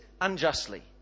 unjustly